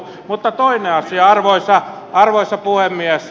mutta toinen asia arvoisa puhemies